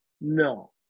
No